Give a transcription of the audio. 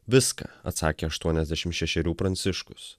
viską atsakė aštuoniasdešim šešerių pranciškus